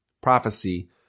prophecy